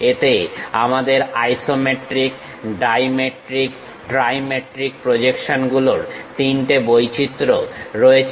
এতে আমাদের isometric dimetric trimetric প্রজেকশনগুলোর 3 টে বৈচিত্র্য রয়েছে